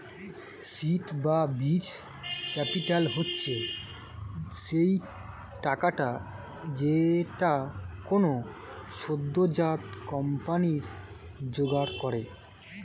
seed বা বীজ capital হচ্ছে সেই টাকাটা যেইটা কোনো সদ্যোজাত কোম্পানি জোগাড় করে